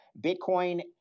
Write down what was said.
Bitcoin